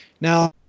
Now